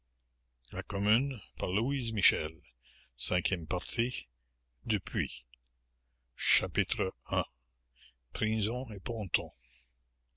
satory jugements cinquième partie depuis i prisons et